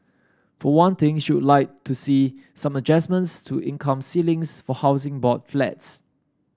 for one thing she would like to see some adjustments to income ceilings for Housing Board Flats